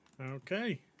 Okay